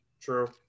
True